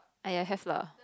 !aiya! have lah